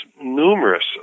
numerous